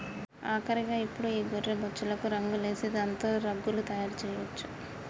ఆఖరిగా ఇప్పుడు ఈ గొర్రె బొచ్చులకు రంగులేసి దాంతో రగ్గులు తయారు చేయొచ్చు